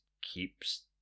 keeps